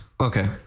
okay